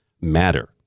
matter